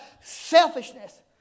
selfishness